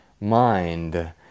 mind